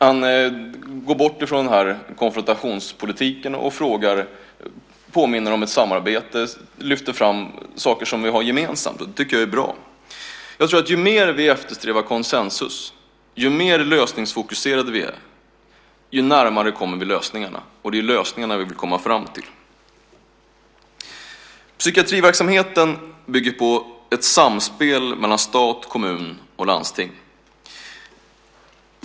Han går bort från konfrontationspolitiken, påminner om ett samarbete och lyfter fram saker som vi har gemensamt. Det tycker jag är bra. Jag tror att ju mer vi eftersträvar konsensus, ju mer lösningsfokuserade vi är, desto närmare kommer vi lösningarna, och det är lösningarna vi vill komma fram till. Psykiatriverksamheten bygger på ett samspel mellan stat, kommun och landsting.